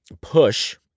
push